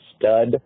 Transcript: stud